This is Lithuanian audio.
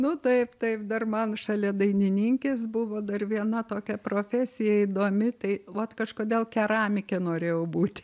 nu taip taip dar man šalia dainininkės buvo dar viena tokia profesija įdomi tai vat kažkodėl keramikė norėjau būti